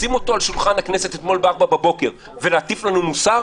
לשים אותו על שולחן הכנסת אתמול ב-04:00 בבוקר ולהטיף לנו מוסר,